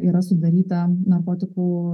yra sudaryta narkotikų